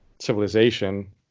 civilization